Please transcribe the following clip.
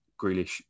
Grealish